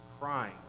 crying